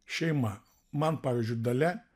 šeima man pavyzdžiui dalia